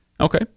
Okay